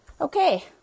okay